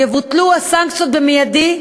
יבוטלו הסנקציות מייד.